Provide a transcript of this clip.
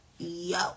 yo